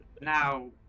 Now